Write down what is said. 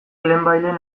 lehenbailehen